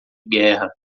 guerra